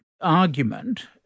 argument